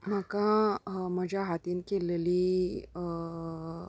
म्हाका म्हज्या हातीन केल्लेंली